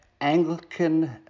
Anglican